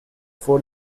for